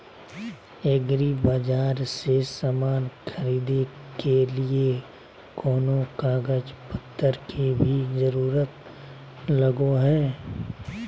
एग्रीबाजार से समान खरीदे के लिए कोनो कागज पतर के भी जरूरत लगो है?